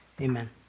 amen